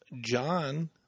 John